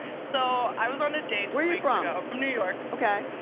so i was on a date from? ah from new york. okay.